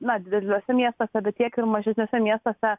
na dideliuose miestuose bet tiek ir mažesniuose miestuose